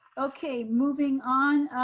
okay, moving on.